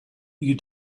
you